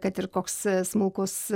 kad ir koks smulkus